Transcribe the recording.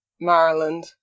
Maryland